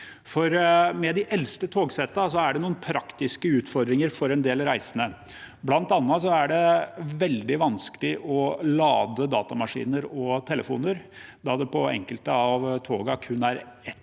Med de eldste togsettene er det noen praktiske utfordringer for en del reisende. Det er bl.a. veldig vanskelig å lade datamaskiner og telefoner, da det på enkelte av togene er